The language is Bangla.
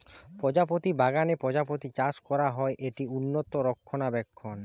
প্রজাপতি বাগানে প্রজাপতি চাষ করা হয়, এটি উন্নত রক্ষণাবেক্ষণ